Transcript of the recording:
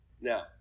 Now